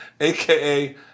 AKA